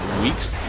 weeks